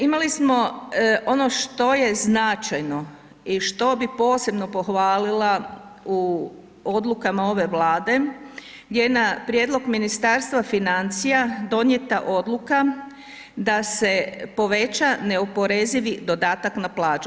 Imali smo ono što je značajno i što bi posebno pohvalila u odlukama ove Vlade gdje je na prijedlog Ministarstva financija donijeta odluka da se poveća neoporezivi dodatak na plaću.